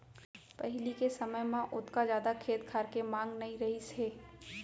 पहिली के समय म ओतका जादा खेत खार के मांग नइ रहिस हे